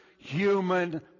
human